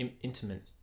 Intimate